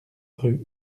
rue